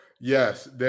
Yes